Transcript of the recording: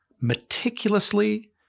meticulously